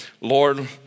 Lord